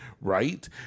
right